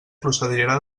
procedirà